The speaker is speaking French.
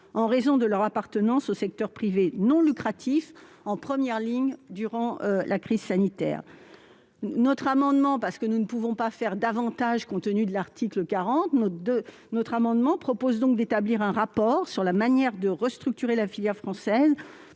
en raison de leur appartenance au secteur privé non lucratif, en première ligne durant la crise sanitaire. Notre amendement a pour objet- nous ne pouvons pas aller plus loin compte tenu de l'article 40 de la Constitution -la remise d'un rapport sur la manière de restructurer la filière française